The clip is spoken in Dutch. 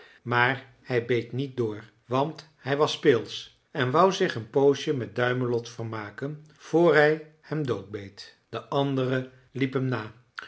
maar hij beet niet door want hij was speelsch en wou zich een poosje met duimelot vermaken vr hij hem doodbeet de andere liep hem na